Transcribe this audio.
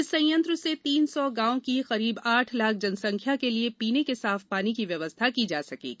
इस संयंत्र से तीन सौ गांवों की करीब आठ लाख जनसंख्या के लिए पीने के साफ पानी की व्यवस्था की जा सकेगी